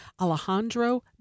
Alejandro